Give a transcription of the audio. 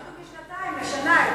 הקטנתם משנתיים לשנה,